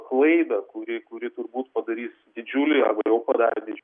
klaidą kuri kuri turbūt padarys didžiulį o jau padarė didžiulį